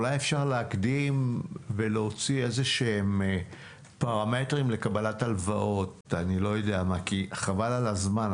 אולי אפשר להקדים ולפרסם פרמטרים לקבלת הלוואות כי חבל על הזמן.